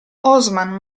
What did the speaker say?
osman